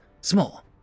small